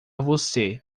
você